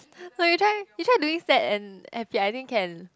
no you try you try doing sad and happy I think can